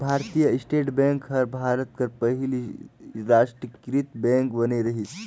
भारतीय state bank हर भारत कर पहिल रास्टीयकृत बेंक बने रहिस